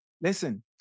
Listen